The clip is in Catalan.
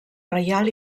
reial